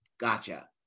Gotcha